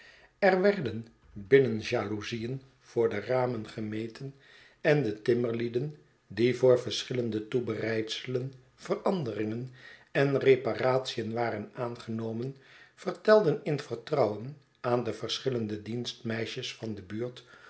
er werden binnenjaloezien voor deramen gemeten en de timmerlieden die voor verschillende toebereidselen veranderingen en reparation waren aangenomen vertelden in vertrouwen aan de verschillende dienstmeisjes van de buurt